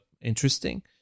interesting